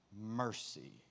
mercy